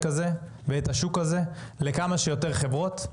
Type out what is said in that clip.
הזה ואת השוק הזה לכמה שיותר חברות.